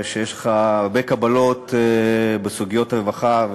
שיש לך הרבה קבלות בסוגיות רווחה,